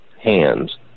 hands